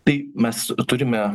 tai mes turime